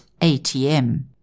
ATM